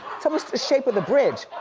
it's almost the shape of the bridge.